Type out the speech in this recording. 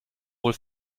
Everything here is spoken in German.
wohl